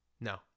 no